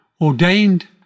ordained